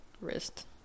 wrist